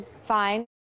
Fine